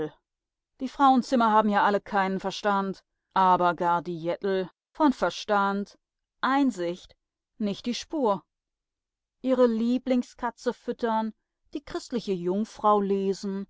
die frauenzimmer haben ja alle keinen verstand aber gar die jettel von verstand einsicht nich die spur ihre lieblingskatze füttern die christliche jungfrau lesen